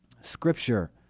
Scripture